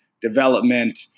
development